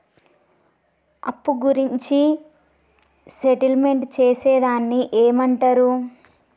అప్పు గురించి సెటిల్మెంట్ చేసేదాన్ని ఏమంటరు?